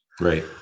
Right